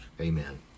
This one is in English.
Amen